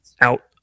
out